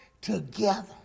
together